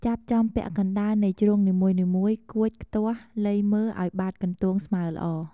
ចាប់ចំពាក់កណ្ដាលនៃជ្រុងនីមួយៗ កួច ខ្ទាស់ លៃមើលឲ្យបាតកន្ទោងស្មើល្អ។